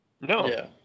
No